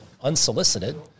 unsolicited